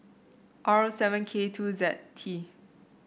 R seven K two Z T